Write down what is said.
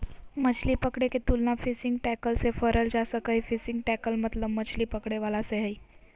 मछली पकड़े के तुलना फिशिंग टैकल से करल जा सक हई, फिशिंग टैकल मतलब मछली पकड़े वाला से हई